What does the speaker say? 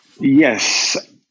Yes